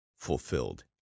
fulfilled